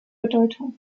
bedeutung